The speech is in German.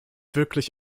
wirklich